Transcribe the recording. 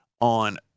on